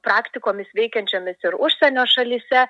praktikomis veikiančiomis ir užsienio šalyse